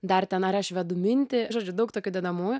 dar ten ar aš vedu mintį žodžiu daug tokių dedamųjų